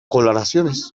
coloraciones